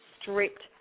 stripped